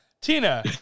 Tina